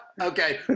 Okay